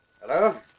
Hello